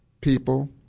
people